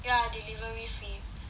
yeah delivery fee